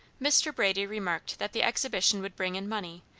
mr. brady remarked that the exhibition would bring in money,